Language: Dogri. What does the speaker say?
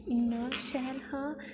इन्ना शैल हा